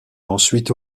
ensuite